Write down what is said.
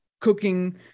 cooking